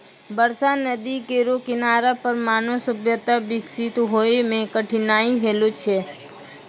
बरसा नदी केरो किनारा पर मानव सभ्यता बिकसित होय म कठिनाई होलो छलै